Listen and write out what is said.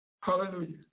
Hallelujah